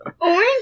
Orange